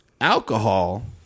Alcohol